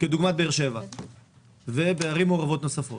כדוגמת באר שבע ובערים מעורבות נוספות.